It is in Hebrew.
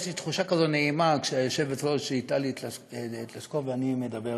יש לי תחושה כזו נעימה כשהיושבת-ראש היא טלי פלוסקוב ואני מדבר,